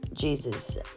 Jesus